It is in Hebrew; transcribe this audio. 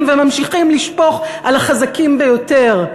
וממשיכים לשפוך על החזקים ביותר.